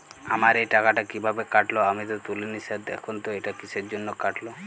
আমার এই টাকাটা কীভাবে কাটল আমি তো তুলিনি স্যার দেখুন তো এটা কিসের জন্য কাটল?